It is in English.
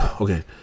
okay